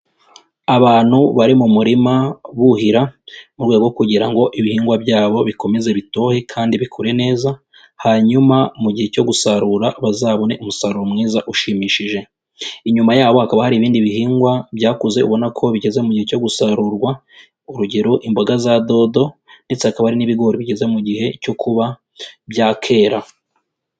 Abantu bari mu murima buhira mu rwego rwo kugira ngo ibihingwa byabo bikomeze bitohe kandi bikure neza, hanyuma mu gihe cyo gusarura bazabone umusaruro mwiza ushimishije, inyuma yabo hakaba hari ibindi bihingwa byakuze ubona ko bigeze mu gihe cyo gusarurwa, urugero imboga za dodo ndetse hakaba hari n'ibigori bigeze mu gihe cyo kuba bya kera.